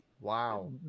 Wow